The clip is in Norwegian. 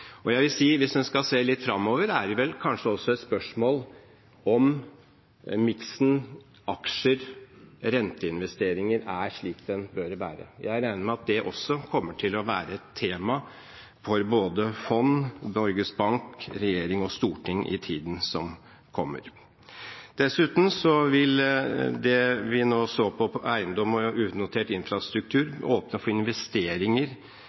Jeg vil si at hvis en skal se litt fremover, er det vel kanskje også et spørsmål om miksen aksjer/renteinvesteringer er slik den bør være. Jeg regner med at det også kommer til å være et tema for både fond, Norges Bank, regjering og storting i tiden som kommer. Dessuten vil det vi nå så på når det gjelder eiendom og unotert infrastruktur, åpne for investeringer